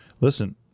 Listen